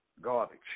garbage